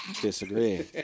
Disagree